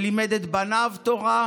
זיכרונו לברכה, שלימד את בניו תורה,